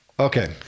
okay